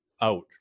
out